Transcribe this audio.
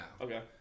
Okay